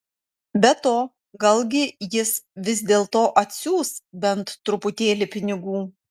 be to galgi jis vis dėlto atsiųs bent truputėlį pinigų